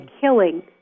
killing